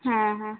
ହଁ ହଁ